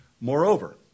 Moreover